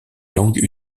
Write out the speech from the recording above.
langue